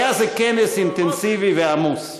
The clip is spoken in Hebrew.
היה זה כנס אינטנסיבי ועמוס.